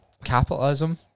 capitalism